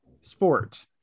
sport